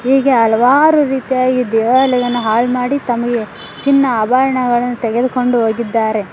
ಹೀಗೆ ಹಲವಾರು ರೀತಿಯಾಗಿ ದೇವಾಲಯವನ್ನು ಹಾಳು ಮಾಡಿ ತಮಗೆ ಚಿನ್ನ ಆಭರಣಗಳನ್ನು ತೆಗೆದುಕೊಂಡು ಹೋಗಿದ್ದಾರೆ